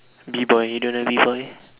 B-boy you don't know B-boy